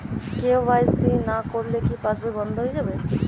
KYC না করলে কি পাশবই বন্ধ হয়ে যাবে?